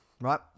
right